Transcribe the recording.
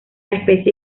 especie